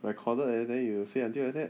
recorded eh then you say until like that